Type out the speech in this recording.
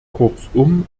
kurzum